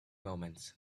moments